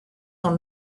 dans